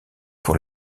pour